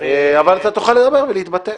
--- אבל אתה תוכל לדבר ולהתבטא.